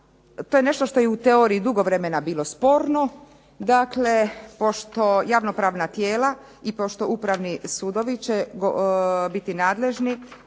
to je nešto što je u teoriji dugo vremena bilo sporno. Dakle, pošto javno-pravna tijela i pošto upravni sudovi će biti nadležni